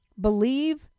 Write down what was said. believe